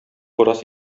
бераз